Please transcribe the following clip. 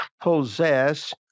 possess